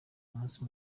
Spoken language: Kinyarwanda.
umunsi